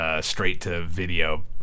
straight-to-video